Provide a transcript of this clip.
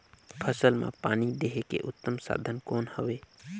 फसल मां पानी देहे के उत्तम साधन कौन हवे?